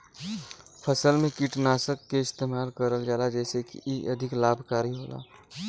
फसल में कीटनाशक के इस्तेमाल करल जाला जेसे की इ अधिक लाभकारी होला